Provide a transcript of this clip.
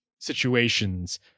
situations